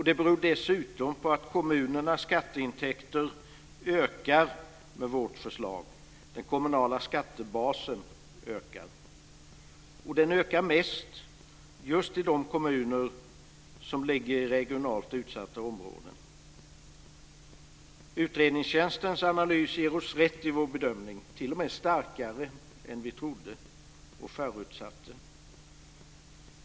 Det beror dessutom på att kommunernas skatteintäkter ökar med vårt förslag. Den kommunala skattebasen ökar, och den ökar mest just i de kommuner som ligger i regionalt utsatta områden. Utredningstjänstens analys ger oss rätt i vår bedömning, t.o.m. starkare än vi trodde och förutsatte.